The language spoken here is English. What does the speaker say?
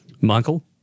Michael